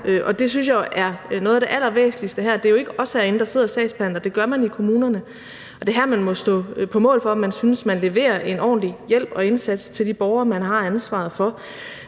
Det er jo ikke os herinde, der sidder og sagsbehandler – det gør man i kommunerne. Og det er her, man må stå på mål for, om man synes, man leverer en ordentlig hjælp og indsats til de borgere, man har ansvaret for.